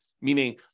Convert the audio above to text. meaning